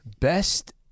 Best